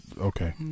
okay